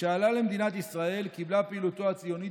משעלה למדינת ישראל קיבלה פעילותו הציונית